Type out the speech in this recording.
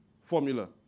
formula